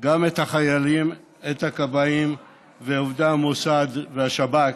את החיילים, את הכבאים ואת עובדי המוסד והשב"כ,